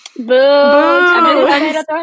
Boom